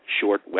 short